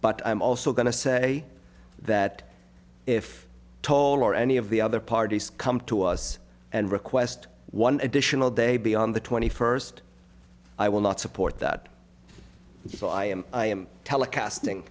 but i'm also going to say that if toll or any of the other parties come to us and request one additional day beyond the twenty first i will not support that so i am i am telecast